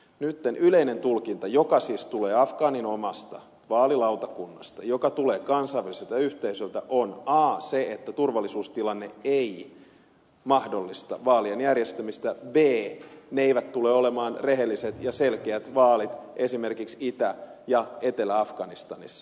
nyt yleinen tulkinta joka siis tulee afgaanien omasta vaalilautakunnasta joka tulee kansainväliseltä yhteisöltä on a se että turvallisuustilanne ei mahdollista vaalien järjestämistä ja b ne eivät tule olemaan rehelliset ja selkeät vaalit esimerkiksi itä ja etelä afganistanissa